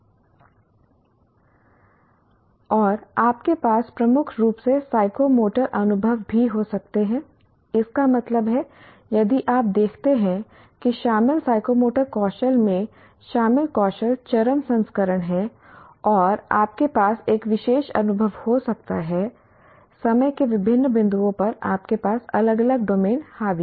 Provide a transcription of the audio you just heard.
या आप प्रमुखता से अफेक्टिव अनुभव कर सकते हैं और आपके पास प्रमुख रूप से साइकोमोटर अनुभव भी हो सकते हैं इसका मतलब है यदि आप देखते हैं कि शामिल साइकोमोटर कौशल में शामिल कौशल चरम संस्करण हैं और आपके पास एक विशेष अनुभव हो सकता है समय के विभिन्न बिंदुओं पर आपके पास अलग अलग डोमेन हावी हैं